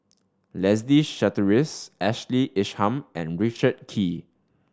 Leslie Charteris Ashley Isham and Richard Kee